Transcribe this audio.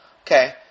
Okay